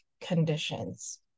conditions